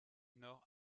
nord